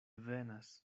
venas